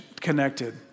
connected